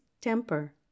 temper